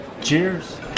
Cheers